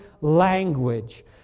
language